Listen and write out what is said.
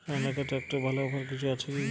সনালিকা ট্রাক্টরে ভালো অফার কিছু আছে কি?